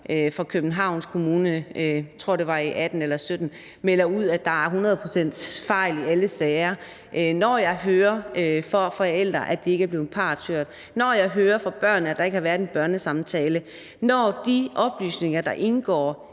fra Københavns Kommune – jeg tror, det var i 2018 eller 2017 – melde ud, at der er fejl i 100 pct. af alle sager; når jeg hører fra forældre, at de ikke er blevet partshørt; når jeg hører fra børn, at der ikke har været en børnesamtale; når de oplysninger, der indgår,